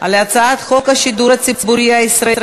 אין לך סיכוי לנחש.